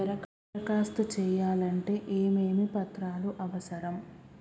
దరఖాస్తు చేయాలంటే ఏమేమి పత్రాలు అవసరం?